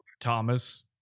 Thomas